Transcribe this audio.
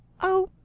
Oh